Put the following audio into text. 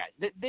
guys